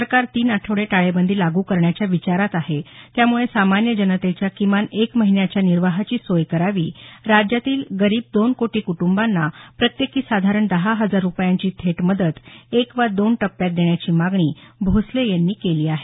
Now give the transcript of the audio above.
सरकार तीन आठवडे टाळेबंदी लागू करण्याच्या विचारात आहे त्यामुळे सामान्य जनतेच्या किमान एक महिन्याच्या निर्वाहाची सोय करावी राज्यातील गरीब दोन कोटी कुटुंबांना प्रत्येकी साधारण दहा हजार रुपयांची थेट मदत एक वा दोन टप्प्यात देण्याची मागणी भोसले यांनी केली आहे